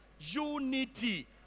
Unity